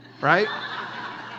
right